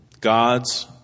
God's